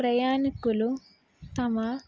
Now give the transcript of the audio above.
ప్రయాణికులు తమ